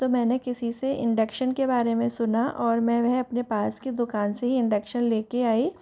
तो मैं किसी से इंडक्शन के बारे में सुना और मैं वह अपने पास की दुकान से ही इंडक्शन लेके आई